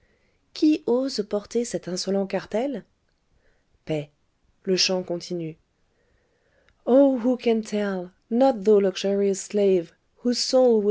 qui ose porter cet insolent cartel paix le chant continue oh who